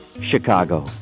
Chicago